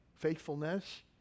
faithfulness